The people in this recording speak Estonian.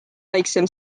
väiksem